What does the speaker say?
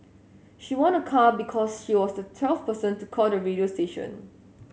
she won a car because she was the twelfth person to call the radio station